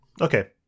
Okay